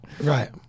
Right